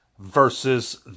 versus